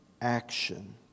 action